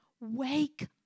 wake